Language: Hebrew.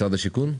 משרד השיכון,